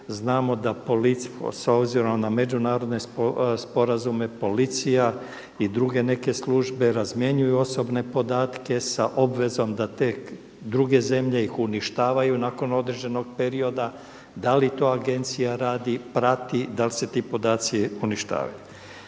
Znamo da policija, s obzirom na međunarodne sporazume policija i druge neke službe razmjenjuju osobne podatke sa obvezom da te druge zemlje ih uništavaju nakon određenog perioda. Da li to Agencija radi, prati, da li se ti podaci uništavaju?